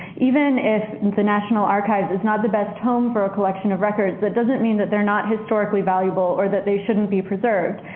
even if the national archives is not the best home for a collection of records, that doesn't mean that they're not historically valuable or that they shouldn't be preserved.